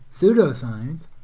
Pseudoscience